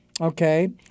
okay